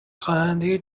خواننده